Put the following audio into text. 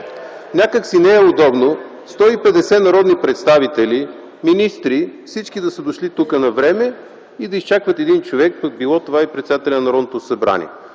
някак сто и петдесет народни представители, министри, всички да са дошли тук навреме и да изчакват един човек, пък било това и председателят на Народното събрание.